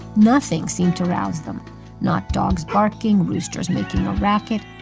nothing seemed to rouse them not dogs barking, roosters making a racket,